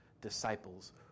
disciples